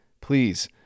please